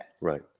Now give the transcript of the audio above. Right